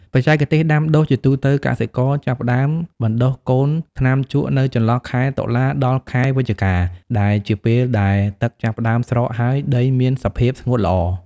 បច្ចេកទេសដាំដុះ ជាទូទៅ កសិករចាប់ផ្ដើមបណ្តុះកូនថ្នាំជក់នៅចន្លោះខែតុលាដល់ខែវិច្ឆិកា ដែលជាពេលដែលទឹកចាប់ផ្ដើមស្រកហើយដីមានសភាពស្ងួតល្អ។